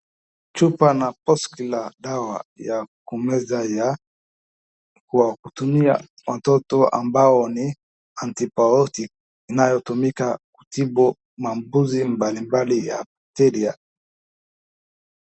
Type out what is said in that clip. Chupa na posti la dawa ya kumeza ya kutumia watoto ambao ni antibiotic inayotumika kutibu maambukizi mbalimbali ya bakteria.